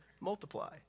multiply